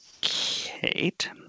Kate